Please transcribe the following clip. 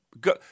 go